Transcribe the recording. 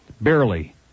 barely